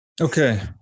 Okay